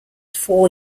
four